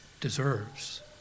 deserves